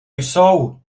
jsou